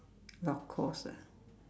Lacoste ah